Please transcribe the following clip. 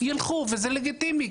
ילכו, וזה לגיטימי.